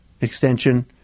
extension